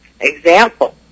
example